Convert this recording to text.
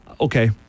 okay